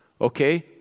Okay